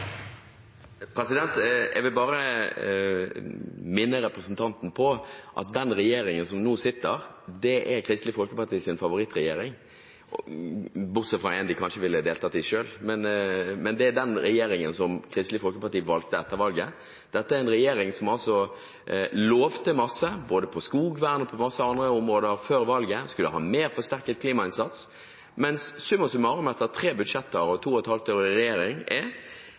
Kristelig Folkepartis favorittregjering – kanskje bortsett fra en regjering de ville ha deltatt i selv. Det er denne regjeringen Kristelig Folkeparti valgte etter valget. Dette er en regjering som lovte masse, både på skogvern og på mange andre områder, før valget. Man skulle ha forsterket klimainnsats. Men summa summarum, etter tre budsjetter og to og et halvt år i regjering, er